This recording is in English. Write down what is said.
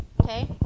Okay